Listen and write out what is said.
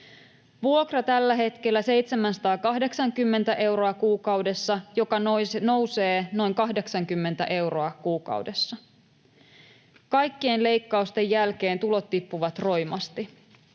Vuokra tällä hetkellä 780 euroa kuukaudessa, joka nousee noin 80 euroa kuukaudessa. Kaikkien leikkausten jälkeen tulot tippuvat roimasti.